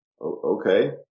Okay